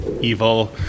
evil